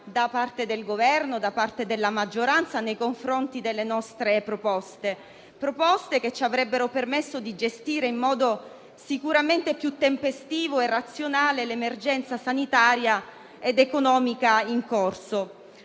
da parte del Governo e della maggioranza nei confronti delle nostre proposte, le quali ci avrebbero permesso di gestire in modo sicuramente più tempestivo e razionale l'emergenza sanitaria ed economica in corso.